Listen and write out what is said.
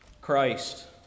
Christ